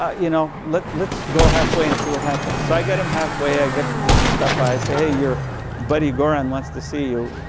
ah you know, let's let's go half way and see what happens. so, i get him half way, i get to this mustapha, i said, hey, your buddy goran wants to see you.